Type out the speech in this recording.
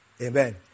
Amen